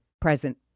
present